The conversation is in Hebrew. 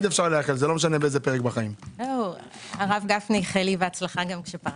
הרב גפני איחל לי בהצלחה גם כשפרשתי.